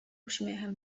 uśmiechem